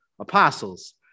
apostles